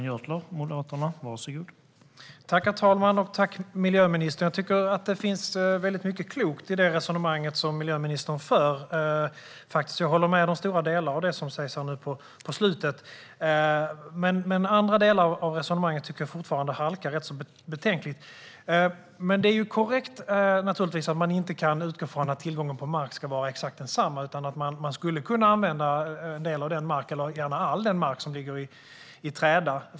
Herr talman! Tack, miljöministern! Jag tycker att det finns väldigt mycket klokt i det resonemang miljöministern för, och jag håller med om stora delar av det som sägs nu på slutet. Andra delar av resonemanget tycker jag fortfarande haltar rätt betänkligt. Det är naturligtvis korrekt att man inte kan utgå från att tillgången på mark ska vara exakt densamma. Man skulle förstås kunna använda en del av, eller gärna all, den mark som ligger i träda.